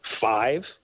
five